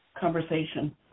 conversation